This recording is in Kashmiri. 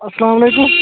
اَسلامُ علیکُم